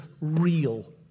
real